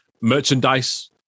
merchandise